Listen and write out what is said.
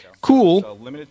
cool